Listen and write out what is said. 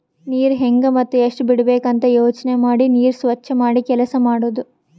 ನೀರ್ ಹೆಂಗ್ ಮತ್ತ್ ಎಷ್ಟ್ ಬಿಡಬೇಕ್ ಅಂತ ಯೋಚನೆ ಮಾಡಿ ನೀರ್ ಸ್ವಚ್ ಮಾಡಿ ಕೆಲಸ್ ಮಾಡದು